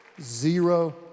zero